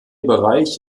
bereich